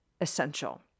essential